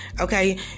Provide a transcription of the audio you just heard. okay